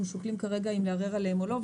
שוקלים כרגע אם לערר עליהם או לא.